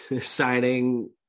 signing